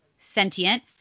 sentient